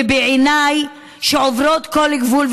שבעיניי עוברות כל גבול,